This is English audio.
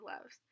loves